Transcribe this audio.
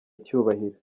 icyubahiro